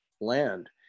land